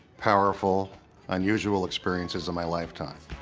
powerful unusual experiences of my lifetime